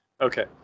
Okay